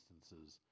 instances